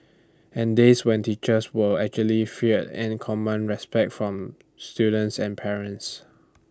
and days when teachers were actually fear and commanded respect from students and parents